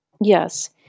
Yes